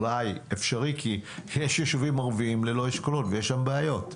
כי יש יישובים ערביים ללא אשכולות שיש שם בעיות.